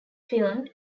filmed